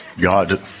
God